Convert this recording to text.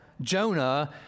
Jonah